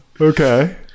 okay